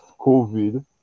COVID